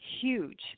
huge